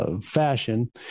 Fashion